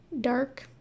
dark